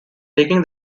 taking